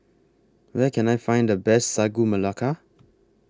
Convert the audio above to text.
Where Can I Find The Best Sagu Melaka